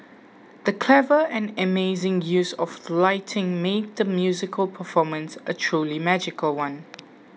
the clever and amazing use of lighting made the musical performance a truly magical one